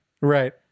Right